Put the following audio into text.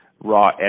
raw